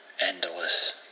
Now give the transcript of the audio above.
endless